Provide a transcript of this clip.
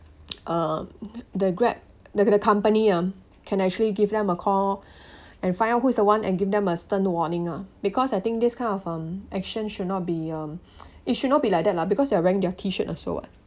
um the grab the the the company um can actually give them a call and find out who's the one and give them a stern warning ah because I think this kind of um action should not be um it should not be like that lah because you are wearing their T shirt also [what]